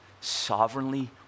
sovereignly